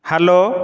hello